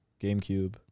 GameCube